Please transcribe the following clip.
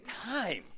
time